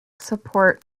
support